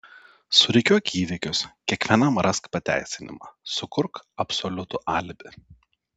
surikiuok įvykius kiekvienam rask pateisinimą sukurk absoliutų alibi